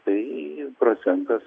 tai procentas